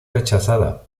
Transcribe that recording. rechazada